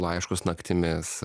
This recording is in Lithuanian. laiškus naktimis